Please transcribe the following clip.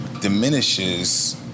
diminishes